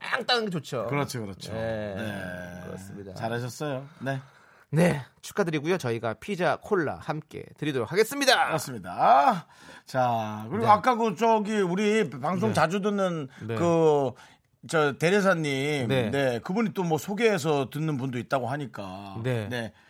땅땅 좋죠. 그렇죠, 그렇죠. 네, 네. 그렇습니다. 잘하셨어요. 네. 네, 축하드리고요. 저희가 피자, 콜라 함께 드리도록 하겠습니다. 그렇습니다. 아, 자, 그리고 네. 아까 그 저기 우리 방송 네. 자주 듣는 네. 그 저 데레사님, 네. 네, 그분이 또 뭐 소개해서 듣는 분도 있다고 하니까. 네. 네.